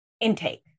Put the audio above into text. intake